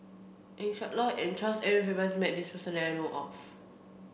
Eng Siak Loy and Charles Edward Faber has met this person that I know of